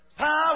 Power